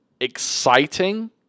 exciting